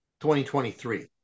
2023